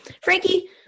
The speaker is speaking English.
Frankie